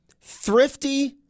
thrifty